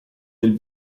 del